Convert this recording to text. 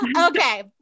Okay